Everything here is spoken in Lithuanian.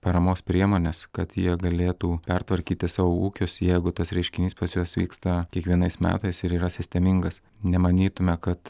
paramos priemones kad jie galėtų pertvarkyti savo ūkius jeigu tas reiškinys pas juos vyksta kiekvienais metais ir yra sistemingas nemanytume kad